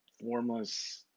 formless